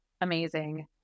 Amazing